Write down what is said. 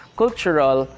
cultural